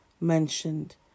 mentioned